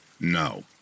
No